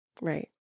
Right